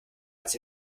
als